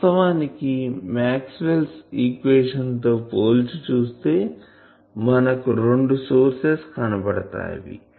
వాస్తవానికి మాక్స్వెల్స్ ఈక్వేషన్తో పోల్చి చూస్తే మనకు రెండు సోర్సెస్ కనపడతాయి